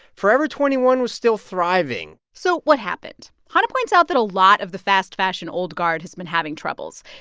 forever twenty one was still thriving so what happened? chana points out that a lot of the fast fashion old guard has been having troubles.